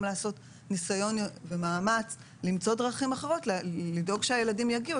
לעשות ניסיון ומאמץ למצוא דרכים אחרות ולדאוג שהילדים יגיעו.